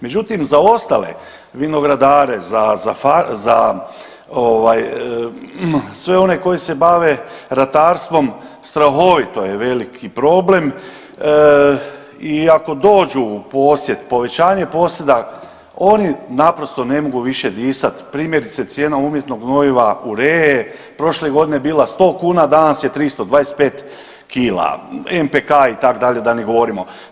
Međutim, za ostale vinogradare, za sve one koji se bave ratarstvom strahovito je veliki problem i ako dođu u posjed, povećanje posjeda oni naprosto ne mogu više disat, primjerice cijena umjetnog gnojiva uree prošle godine je bila 100 kuna, danas je 300 25kg, MPK itd. da ne govorimo.